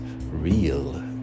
real